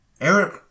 Eric